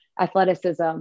athleticism